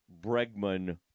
Bregman